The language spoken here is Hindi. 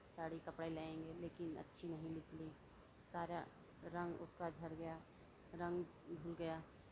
साड़ी कपड़ा ले आएंगे लेकिन अच्छी नहीं निकली सारा रंग उसका झड़ गया रंग धुल गया